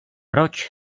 proč